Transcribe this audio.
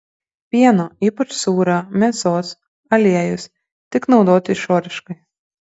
pieno ypač sūrio mėsos aliejus tik naudoti išoriškai